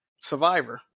Survivor